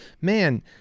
man